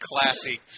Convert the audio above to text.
classy